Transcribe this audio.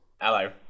Hello